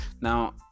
Now